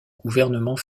gouvernement